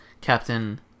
Captain